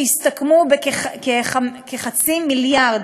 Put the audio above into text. שהסתכמו בכחצי מיליארד.